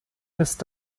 ist